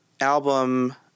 album